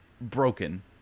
Broken